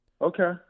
Okay